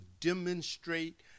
demonstrate